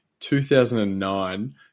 2009